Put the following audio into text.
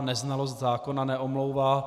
Neznalost zákona neomlouvá.